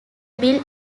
mill